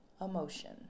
emotion